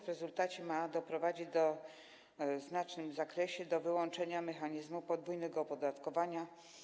W rezultacie ma to doprowadzić w znacznym zakresie do wyłączenia mechanizmu podwójnego opodatkowania.